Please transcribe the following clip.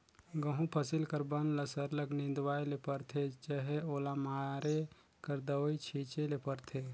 गहूँ फसिल कर बन ल सरलग निंदवाए ले परथे चहे ओला मारे कर दवई छींचे ले परथे